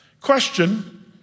Question